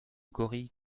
gorille